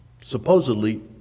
supposedly